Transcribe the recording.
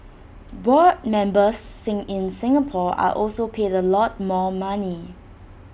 board members in Singapore are also paid A lot more money